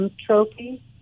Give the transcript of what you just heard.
trophy